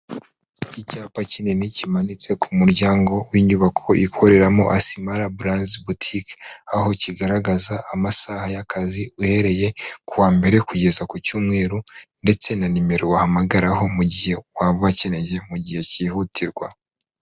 Icyapa kinini kimanitse ku muryango w'inyubako ikoreramo Asimara Burandizi Butike, aho kigaragaza amasaha y'akazi uhereye kuwa mbere kugeza ku cyumweru ndetse na nimero wahamagaraho mu gihe waba ubakeneye mu gihe cyihutirwa.